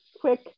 quick